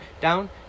down